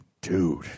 Dude